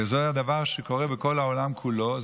וזה הדבר שקורה בכל העולם כולו.